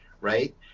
right